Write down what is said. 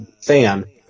fan